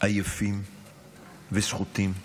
עייפים וסחוטים,